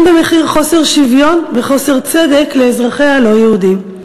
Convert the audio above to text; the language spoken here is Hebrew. גם במחיר חוסר שוויון וחוסר צדק לאזרחיה הלא-יהודים,